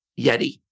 Yeti